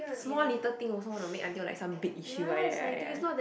small little thing also want to make until like big issue like that right ya ya